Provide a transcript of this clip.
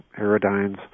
aerodynes